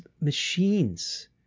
machines